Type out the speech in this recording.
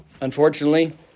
Unfortunately